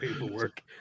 paperwork